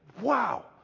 wow